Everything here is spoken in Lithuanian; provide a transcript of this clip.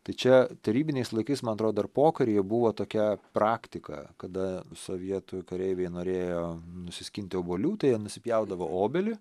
tai čia tarybiniais laikais man atrodo dar pokaryje buvo tokia praktika kada sovietų kareiviai norėjo nusiskinti obuolių tai jie nusipjaudavo obelį